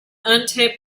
untaped